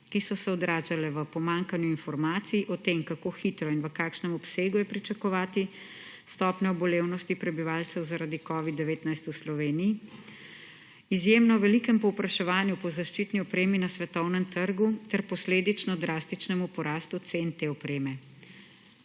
ki so se odražale v pomanjkanju informacij o tem, kako hitro in v kakšnem obsegu je pričakovati stopnjo obolevnosti prebivalcev zaradi covida-19 v Sloveniji, izjemno velikem povpraševanju po zaščitni opremi na svetovnem trgu ter posledično drastičnemu porastu cen te opreme.